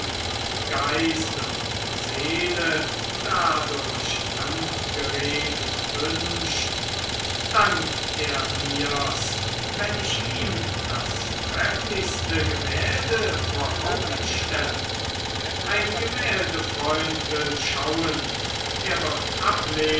geist und seele dadurch angeregt wünscht dankt er mir's wenn ich ihm das trefflichste gemälde vor augen stelle ein gemäldefreund will schauen er wird